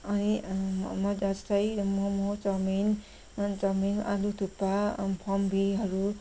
अनि म जस्तै मोमो चाउमिन चाउमिन आलु थुप्पा फम्बीहरू